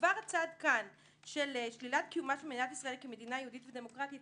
כבר הצעד כאן של שלילת קיומה של מדינת ישראל כמדינה יהודית ודמוקרטית.